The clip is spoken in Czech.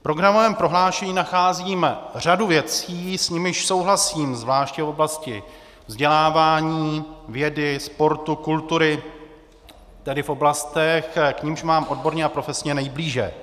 V programovém prohlášení nacházím řadu věcí, s nimiž souhlasím, zvláště v oblasti vzdělávání, vědy, sportu, kultury, tedy v oblastech, k nimž mám odborně a profesně nejblíže.